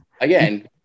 again